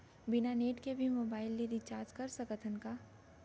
बिना नेट के भी मोबाइल ले रिचार्ज कर सकत हन का?